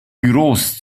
büros